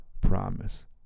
promise